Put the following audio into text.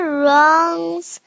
runs